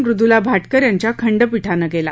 मृदुला भाटकर यांच्या खंडपीठान केला